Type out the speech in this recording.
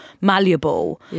malleable